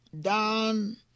down